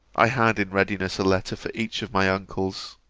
i had in readiness a letter for each of my uncles